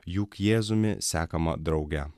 juk jėzumi sekama drauge